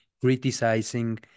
criticizing